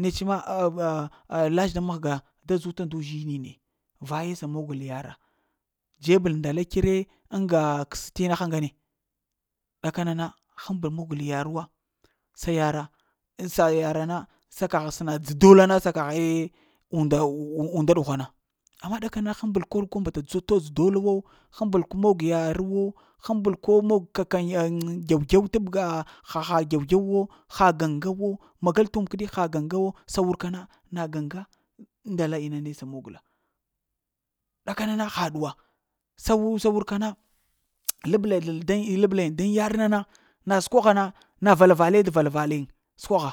nets ma ah nets ma laɗ da mahga ta zuta ndu uzhinine vaye sa mogəl yara dzəbel nda li kyəre ŋga kəst'ina ha ŋgane ɗakana na həmbol mogal yar wa, se yara sa yar na sa kagh səna t'dzə t'dola na sa kaghe unda unda ɗughwana, amma ɗa kana həmbal kor gwaɗa todz dula wo həmbal mog t yarwo həmbal ko mog t'dz kakandz dew-dew tabga haha ha dew-dew wo, ha gaŋga wo magal t'wum kəɗi ha gaŋga wo sa wurka na magal t'wuma na gaŋga nda li inane sa magəlo. Dakana na haɗuwo sa sa wurka na lablal nɗaŋ yar nana na sakwagha na na vala vale vala val yin səkwagha.